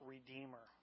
Redeemer